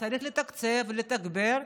וצריך לתקצב ולתגבר,